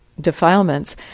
defilements